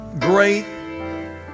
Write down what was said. great